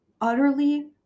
utterly